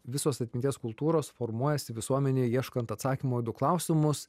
visos atminties kultūros formuojasi visuomenėj ieškant atsakymo į du klausimus